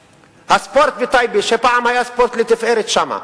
הספורט בטייבה, ופעם היה ספורט לתפארת שם,